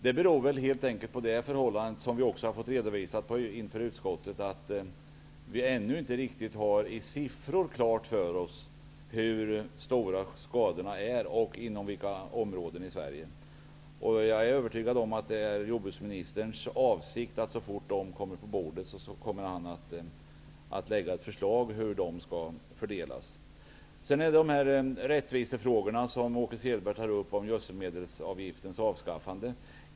Det beror väl helt enkelt på, vilket också redovisats inför utskottet, att vi i siffror ännu inte riktigt har klart för oss hur stora skadorna är och vilka områden i Sverige det är fråga om. Jag är övertygad om att det är jordbruksministerns avsikt att, så fort de frågorna ligger på bordet, lägga fram ett förslag om fördelningen. Rättvisefrågorna tar också Åke Selberg upp. Det gäller gödselmedelsavgiftens avskaffande.